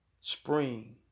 spring